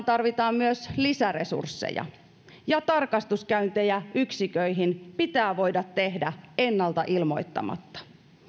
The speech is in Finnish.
tarvitaan myös lisäresursseja ja tarkastuskäyntejä yksiköihin pitää voida tehdä ennalta ilmoittamatta